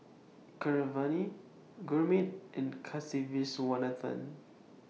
Keeravani Gurmeet and Kasiviswanathan